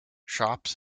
shops